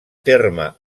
terme